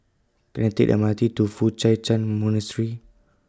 Can I Take The M R T to Foo Hai Chan Monastery